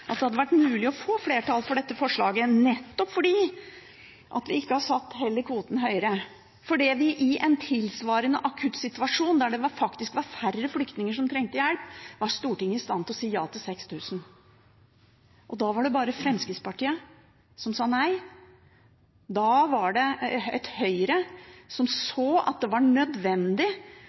at det hadde vært mulig å få flertall for dette forslaget – nettopp fordi vi ikke heller har satt kvoten høyere. For i en tilsvarende akutt situasjon, der det faktisk var færre flyktninger som trengte hjelp, var Stortinget i stand til å si ja til 6 000. Da var det bare Fremskrittspartiet som sa nei. Da var det et Høyre som så at det var nødvendig